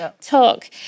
talk